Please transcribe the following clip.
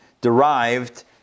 derived